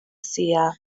seer